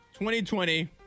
2020